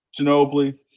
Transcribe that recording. Ginobili